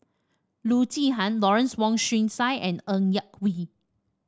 Loo Zihan Lawrence Wong Shyun Tsai and Ng Yak Whee